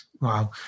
Wow